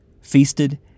feasted